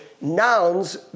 nouns